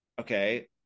okay